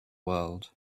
world